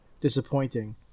disappointing